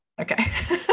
okay